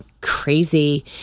crazy